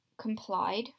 complied